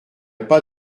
pas